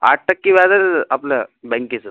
आठ टक्के व्याजच आपलं बँकेचं